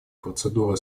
процедуры